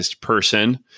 person